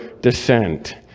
descent